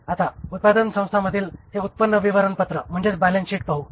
आता उत्पादन संस्थांमधील हे उत्पन्न विवरणपत्र पाहू